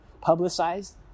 publicized